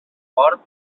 fort